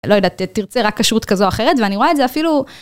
לא יודעת, תרצה רק כשרות כזו או אחרת, ואני רואה את זה אפילו...